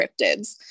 cryptids